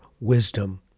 wisdom